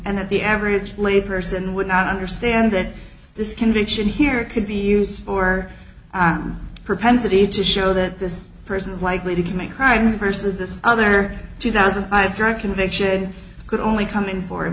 and that the average layperson would not understand that this conviction here could be used for propensity to show that this person is likely to commit crimes versus this other two thousand and five drug conviction could only come in for